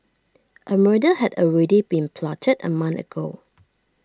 A murder had already been plotted A month ago